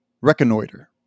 Reconnoiter